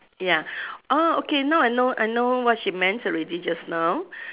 ya orh okay now I know I know what she meant already just now